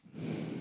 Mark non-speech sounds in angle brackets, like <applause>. <breath>